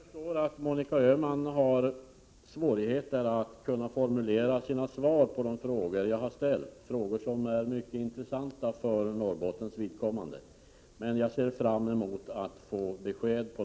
Fru talman! Jag förstår att Monica Öhman har svårigheter att formulera sina svar på de frågor jag har ställt — frågor som är mycket intressanta för Norrbottens vidkommande — men jag ser fram mot att få besked.